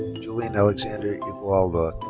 julian alexander igualada.